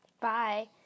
bye